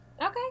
Okay